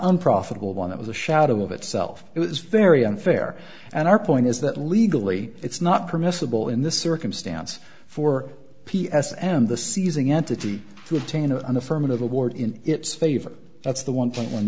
unprofitable one that was a shadow of itself it was very unfair and our point is that legally it's not permissible in this circumstance for p s and the seizing entity to obtain an affirmative award in its favor that's the one point one